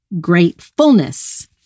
gratefulness